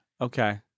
Okay